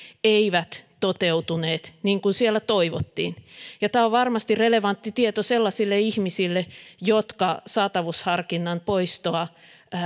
eivät toteutuneet niin kuin siellä toivottiin ja tämä on varmasti relevantti tieto sellaisille ihmisille jotka saatavuusharkinnan poistoa